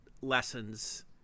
lessons